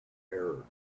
error